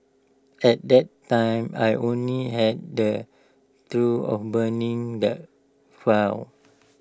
at that time I only had the thought of burning the file